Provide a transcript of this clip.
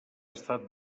estat